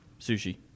Sushi